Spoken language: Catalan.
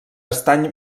estany